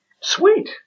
Sweet